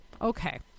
Okay